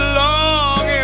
long